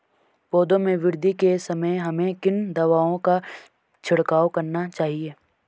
पौधों में वृद्धि के समय हमें किन दावों का छिड़काव करना चाहिए?